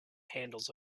handles